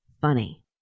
funny